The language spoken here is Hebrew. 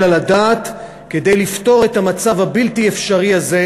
על הדעת כדי לפתור את המצב הבלתי אפשרי הזה,